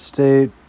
State